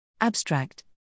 Abstract